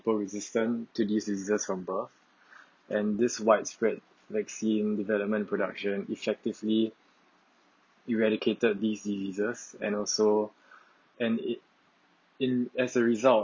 resistant to diseases from birth and this widespread vaccine development production effectively eradicated diseases and also and it in as a result